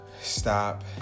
stop